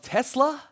Tesla